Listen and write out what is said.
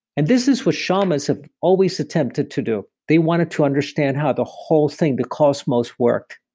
and this is what shamans have always attempted to do. they wanted to understand how the whole thing, the cosmos worked.